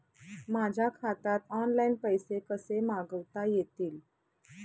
माझ्या खात्यात ऑनलाइन पैसे कसे मागवता येतील?